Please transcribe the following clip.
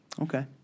Okay